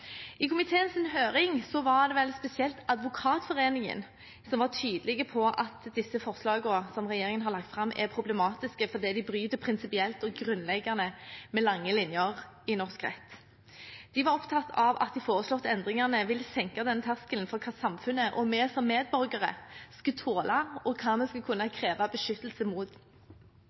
I komiteens høring var det vel spesielt Advokatforeningen som var tydelig på at de forslagene som regjeringen har lagt fram, er problematiske, fordi de bryter prinsipielt og grunnleggende med lange linjer i norsk rett. De var opptatt av at de foreslåtte endringene vil senke terskelen for hva samfunnet og vi som medborgere skal tåle, og hva vi skal kunne kreve beskyttelse mot,